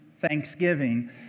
Thanksgiving